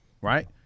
Right